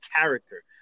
character